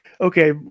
okay